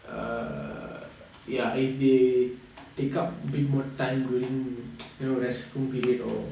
err ya if they take up a bit more time during you know restful period or